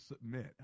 submit